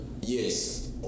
yes